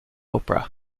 oprah